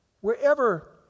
Wherever